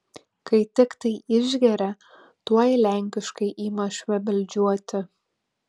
kai tiktai išgeria tuoj lenkiškai ima švebeldžiuoti